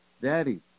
Daddy